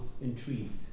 intrigued